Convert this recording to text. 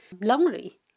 lonely